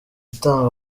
itanga